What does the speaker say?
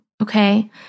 okay